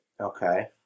Okay